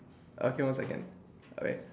okay one second okay